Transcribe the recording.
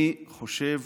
אני חושב,